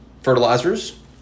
fertilizers